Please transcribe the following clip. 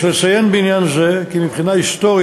יש לציין בעניין זה כי מבחינה היסטורית